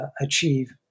achieve